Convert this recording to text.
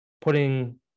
putting